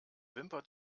wimper